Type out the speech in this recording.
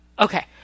Okay